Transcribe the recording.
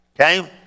Okay